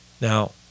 now